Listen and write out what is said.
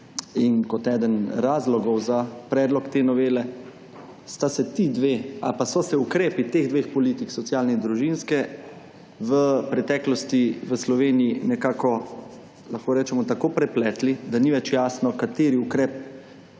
in kot eden razlogov za predlog te novele, sta se ti dve ali pa so se ukrepi teh dveh politik, socialne in družinske, v preteklosti v Sloveniji nekako, lahko rečemo, tako prepletli, da ni več jasno kateri ukrep